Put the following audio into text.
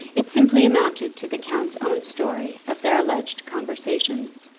it simply amounted to the count's own story of their alleged conversations.